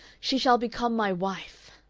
she shall become my wife